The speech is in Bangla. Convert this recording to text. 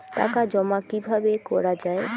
টাকা জমা কিভাবে করা য়ায়?